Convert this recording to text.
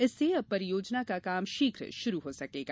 इससे अब परियोजना का काम शीघ्र शुरू हो सकेगा